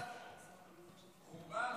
חורבן,